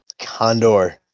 Condor